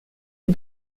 die